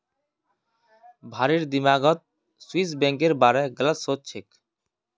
भारिर दिमागत स्विस बैंकेर बारे गलत सोच छेक